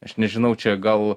aš nežinau čia gal